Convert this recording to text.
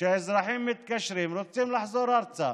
האזרחים מתקשרים ורוצים לחזור ארצה.